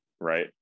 right